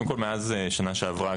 קודם כול מאז השנה שעברה,